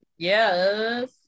Yes